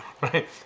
Right